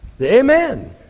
Amen